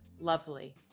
lovely